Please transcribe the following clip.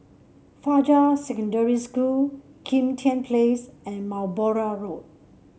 Fajar Secondary School Kim Tian Place and Balmoral Road